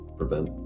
prevent